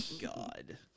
god